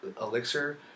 elixir